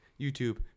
YouTube